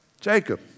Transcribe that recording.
Jacob